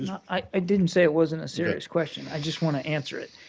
i i didn't say it wasn't a serious question. i just want to answer it.